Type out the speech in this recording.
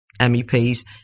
MEPs